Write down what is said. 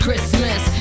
Christmas